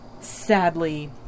sadly